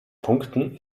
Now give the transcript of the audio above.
punkten